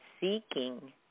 seeking